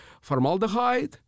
formaldehyde